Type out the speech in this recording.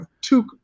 two